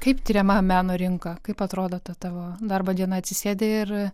kaip tiriama meno rinka kaip atrodo tavo darbo diena atsisėdi ir